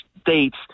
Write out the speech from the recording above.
states